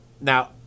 Now